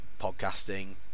podcasting